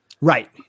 Right